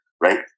right